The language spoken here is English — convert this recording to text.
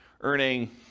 earning